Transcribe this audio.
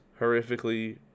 Horrifically